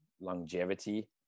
longevity